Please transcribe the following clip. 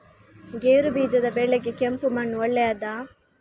ಗೇರುಬೀಜದ ಬೆಳೆಗೆ ಕೆಂಪು ಮಣ್ಣು ಒಳ್ಳೆಯದಾ?